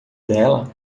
dela